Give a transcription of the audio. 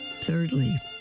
Thirdly